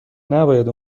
نباید